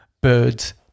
birds